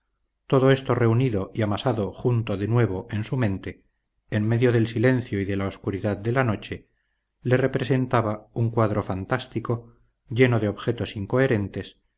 todo esto reunido y amasado junto de nuevo en su mente en medio del silencio y de la oscuridad de la noche le representaba un cuadro fantástico lleno de objetos incoherentes